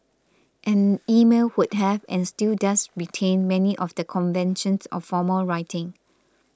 and email would have and still does retain many of the conventions of formal writing